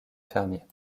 fermiers